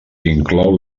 inclou